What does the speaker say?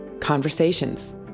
conversations